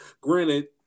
granted